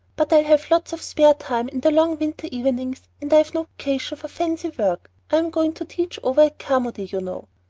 but i'll have lots of spare time in the long winter evenings, and i've no vocation for fancy work. i'm going to teach over at carmody, you know.